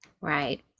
Right